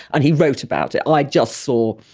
and he wrote about it i just saw,